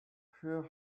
hear